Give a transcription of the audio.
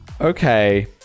Okay